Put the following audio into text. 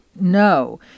No